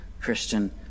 Christian